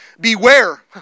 Beware